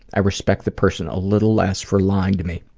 i respect the person a little less for lying to me.